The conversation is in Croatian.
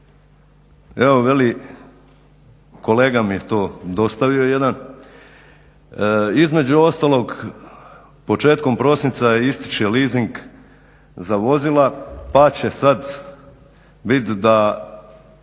evo veli kolega mi je to dostavio jedan između ostalog početkom prosinca ističe leasing za vozila pa će sad biti da